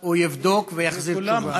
הוא יבדוק ויחזיר תשובה.